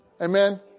Amen